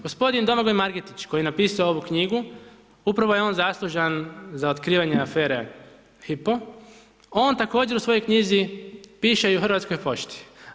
G. Domagoj Margetić, koji je napisao ovu knjigu, upravo je on zaslužan za otkrivanje afere Hypo, on također u svojoj knjizi piše i o Hrvatskoj pošti.